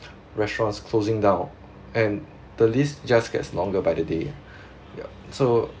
restaurants closing down and the list just gets longer by the day yup so